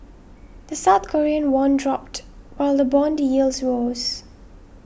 the South Korean won dropped while the bond yields rose